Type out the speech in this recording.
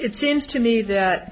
it seems to me that